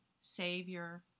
Savior